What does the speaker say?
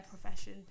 profession